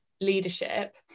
leadership